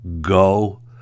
go